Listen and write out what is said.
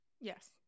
Yes